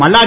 Malladi